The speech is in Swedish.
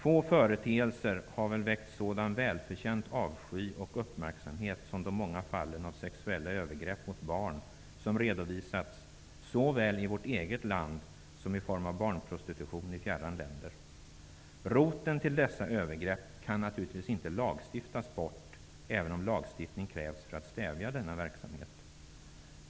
Få företeelser har väckt sådan välförtjänt avsky och uppmärksamhet som de många fall av sexuella övergrepp mot barn som har redovisats i vårt eget land och också barnprostitutionen i fjärran länder. Roten till dessa övergrepp kan naturligtvis inte lagstiftas bort, även om lagstiftning krävs för att stävja denna verksamhet.